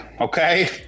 okay